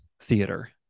theater